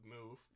move